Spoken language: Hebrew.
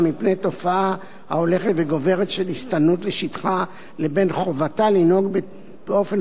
מפני תופעה ההולכת וגוברת של הסתננות לשטחה לבין חובתה לנהוג באופן